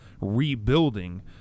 rebuilding